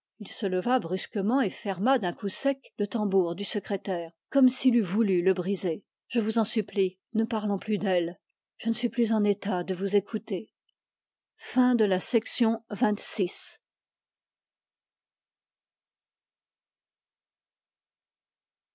il se leva brusquement et ferma d'un coup sec le tambour du secrétaire comme s'il eût voulu le briser je vous en supplie ne parlons plus d'elle je ne suis plus en état de vous écouter